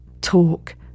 talk